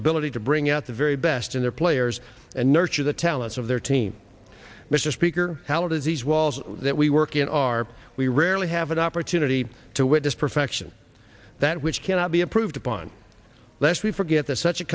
ability to bring out the very best in their players and nurture the talents of their team mr speaker how disease walls that we work in are we rarely have an opportunity to witness perfection that which cannot be approved upon lest we forget that such a